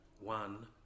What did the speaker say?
one